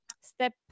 step